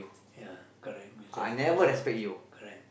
ya correct recess that's why correct